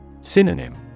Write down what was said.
Synonym